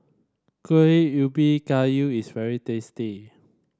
Kuih Ubi Kayu is very tasty